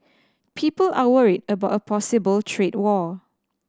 people are worried about a possible trade war